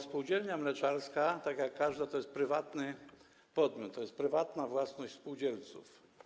Spółdzielnia mleczarska, tak jak każda, to jest prywatny podmiot, to jest prywatna własność spółdzielców.